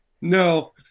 No